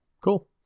Cool